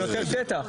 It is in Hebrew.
יותר שטח.